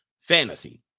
fantasy